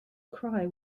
cry